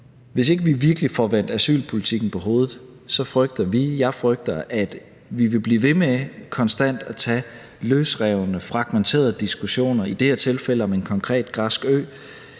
Hvis ikke vi virkelig får vendt asylpolitikken på hovedet, frygter jeg, at vi vil blive ved med konstant at tage løsrevne fragmenterede diskussioner – i det her tilfælde om en konkret græsk ø.